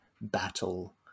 battle